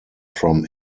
from